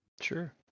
Sure